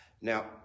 Now